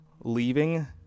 leaving